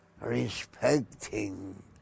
respecting